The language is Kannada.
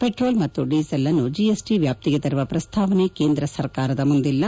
ಪೆಟ್ರೋಲ್ ಮತ್ತು ಡೀಸೆಲ್ ಅನ್ನು ಜಿಎಸ್ಟಿ ವ್ಯಾಪ್ತಿಗೆ ತರುವ ಪ್ರಸ್ತಾವನೆ ಕೇಂದ್ರ ಸರ್ಕಾರದ ಮುಂದಿಲ್ಲ